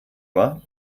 war